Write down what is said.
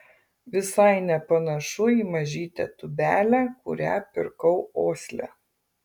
visai nepanašu į mažytę tūbelę kurią pirkau osle